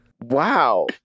Wow